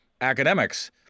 academics